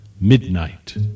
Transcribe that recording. Midnight